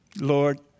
Lord